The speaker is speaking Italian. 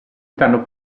stanno